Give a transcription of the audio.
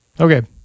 Okay